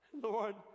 Lord